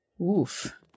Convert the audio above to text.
Oof